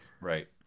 Right